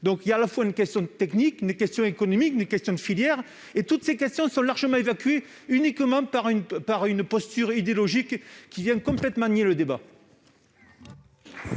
donc, à la fois, une question technique, une question économique, une question de filière. Or toutes ces questions ont été largement évacuées, par une posture idéologique qui nie complètement le débat.